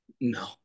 No